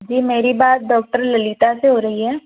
जी मेरी बात डॉक्टर ललिता से हो रही है